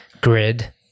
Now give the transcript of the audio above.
grid